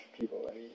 people